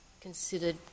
considered